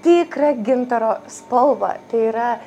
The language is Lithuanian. tikrą gintaro spalvą tai yra